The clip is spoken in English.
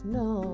no